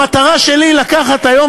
המטרה שלי היא לקחת היום,